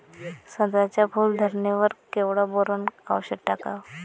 संत्र्याच्या फूल धरणे वर केवढं बोरोंन औषध टाकावं?